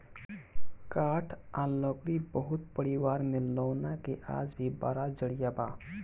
काठ आ लकड़ी बहुत परिवार में लौना के आज भी बड़ा जरिया बा